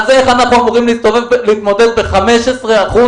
איך אנחנו אמורים להתמודד ב-15 אחוזים